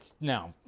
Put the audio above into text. No